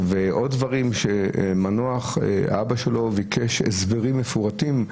ועוד מדברים שמנוח, האבא שלו ביקש הסברים מפורטים.